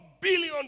billion